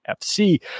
fc